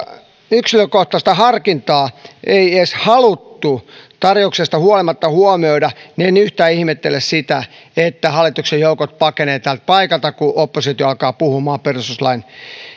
yksilökohtaista harkintaa ei edes haluttu tarjouksesta huolimatta huomioida niin en yhtään ihmettele sitä että hallituksen joukot pakenevat täältä paikalta kun oppositio alkaa puhumaan perustuslain